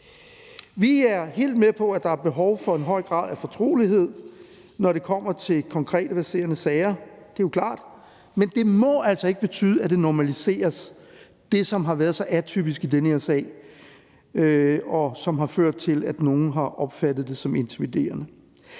Vi er helt med på, at der er behov for en høj grad af fortrolighed, når det kommer til konkrete verserende sager – det er jo klart – men det må altså ikke betyde, at det normaliseres, det, som har været så atypisk i den her sag, og som har ført til, at nogle har opfattet det som intimiderende.